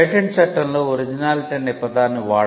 patent చట్టంలో 'originality' అనే పదాన్ని వాడం